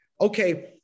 Okay